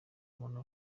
umuntu